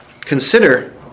consider